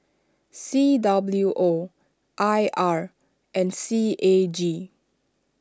C W O I R and C A G